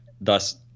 thus